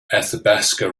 athabasca